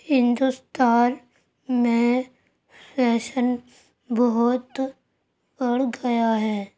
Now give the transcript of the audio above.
ہندوستان میں فیشن بہت بڑھ گیا ہے